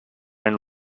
and